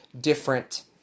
different